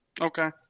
Okay